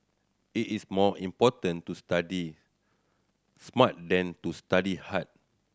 it is more important to study smart than to study hard